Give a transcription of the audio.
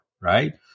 right